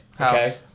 Okay